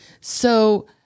So-